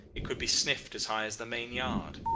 it could be sniffed as high as the main-yard.